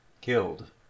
killed